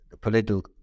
political